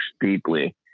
deeply